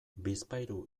bizpahiru